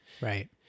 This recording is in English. Right